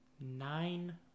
Nine